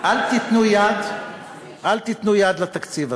אל תיתנו יד לתקציב הזה.